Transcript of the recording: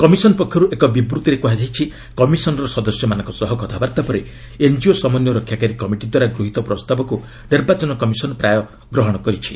commission ପକ୍ଷରୁ ଏକ ବିବୃଭିରେ କୁହାଯାଇଛି କମିଶନ୍ ର ସଦସ୍ୟମାନଙ୍କ ସହ କଥାବାର୍ତ୍ତା ପରେ ଏନ୍ଜିଓ ସମନ୍ୱୟ ରକ୍ଷାକାରୀ କମିଟିଦ୍ୱାରା ଗୃହୀତ ପ୍ରସ୍ତାବକୁ ନିର୍ବାଚନ କମିଶନ୍ ପ୍ରାୟ ଗ୍ରହଣ କରିଛି